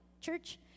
Church